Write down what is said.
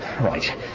right